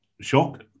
shock